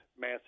mass